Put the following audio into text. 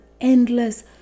endless